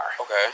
Okay